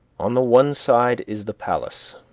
on the one side is the palace,